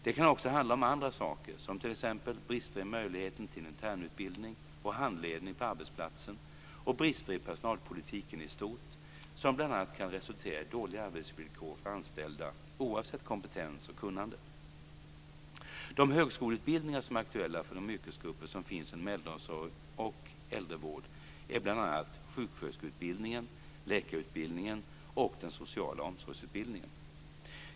Det kan också handla om andra saker som t.ex. brister i möjligheterna till internutbildning och handledning på arbetsplatsen och brister i personalpolitiken i stort som bl.a. kan resultera i dåliga arbetsvillkor för anställda, oavsett kompetens och kunnande. De högskoleutbildningar som är aktuella för de yrkesgrupper som finns inom äldreomsorg och äldrevård är bl.a. sjuksköterskeutbildningen, läkarutbildningen och den sociala omsorgsutbildningen.